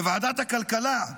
בוועדת הכלכלה,